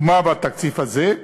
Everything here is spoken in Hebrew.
ומה בתקציב הזה?